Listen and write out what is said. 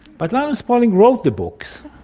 but linus pauling wrote the books,